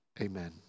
Amen